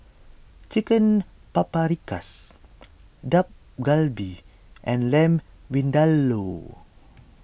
Chicken Paprikas Dak Galbi and Lamb Vindaloo